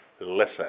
listen